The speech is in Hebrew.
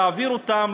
להעביר אותם,